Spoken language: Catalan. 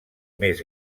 més